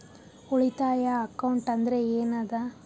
ಉಳಿತಾಯ ಅಕೌಂಟ್ ಅಂದ್ರೆ ಏನ್ ಅದ?